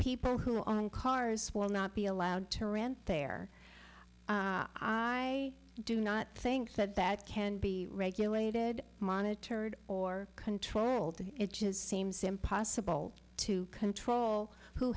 people who own cars will not be allowed to rant there i do not think that that can be regulated monitored or controlled and it just seems impossible to control who